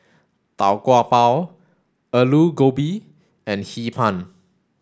Tau Kwa Pau Aloo Gobi and Hee Pan